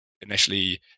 initially